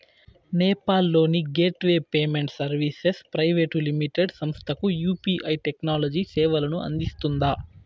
నేపాల్ లోని gateway payment services private limited సంస్థకు UPI technology సేవలను అందిస్తుందా?